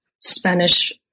Spanish